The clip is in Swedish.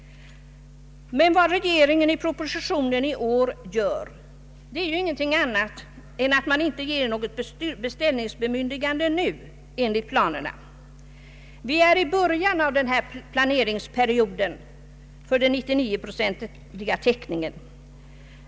Men regeringen vill i årets proposition inte göra något beställningsbemyndigande nu. Vi är i början av planeringsperioden för den 99-procentiga täckningen.